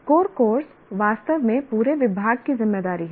core course वास्तव में पूरे विभाग की जिम्मेदारी है